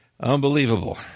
Unbelievable